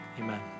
amen